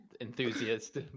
enthusiast